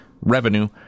revenue